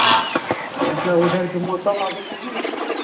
अच्छा मतलब ऊधर के मौसम अभी केहन छै